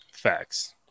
facts